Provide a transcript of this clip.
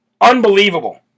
Unbelievable